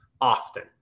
often